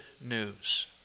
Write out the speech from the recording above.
news